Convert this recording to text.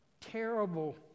terrible